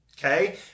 Okay